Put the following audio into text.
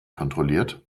kontrolliert